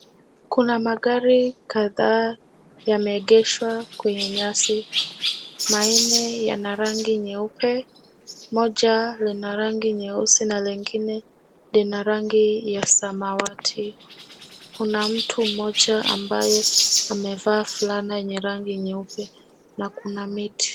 Kuna magari kadhaa yameegeshwa kwenye nyasi, manne yana rangi nyeupe, moja lina rangi nyeusi na lingine lina rangi ya samawati. Kuna mtu mmoja ambaye amevaa fulana yenye rangi nyeupe na kuna miti.